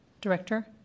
Director